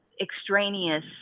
extraneous